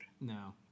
No